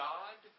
God